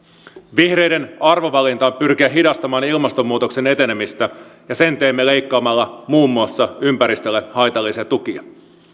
vihreiden arvovalinta on pyrkiä hidastamaan ilmastonmuutoksen etenemistä ja sen teemme leikkaamalla muun muassa ympäristölle haitallisia tukia